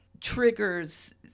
triggers